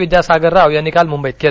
विद्यासागर राव यांनी काल मुंबईत केलं